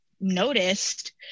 noticed